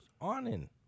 awning